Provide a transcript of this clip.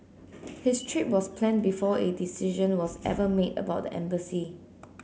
his trip was planned before a decision was ever made about the embassy